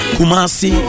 Kumasi